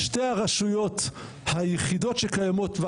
ששולטת על שתי הרשויות היחידות שקיימות,